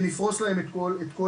שנפרוס להם את כל